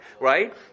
right